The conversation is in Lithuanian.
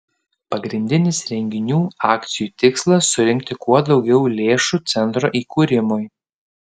pagrindinis renginių akcijų tikslas surinkti kuo daugiau lėšų centro įkūrimui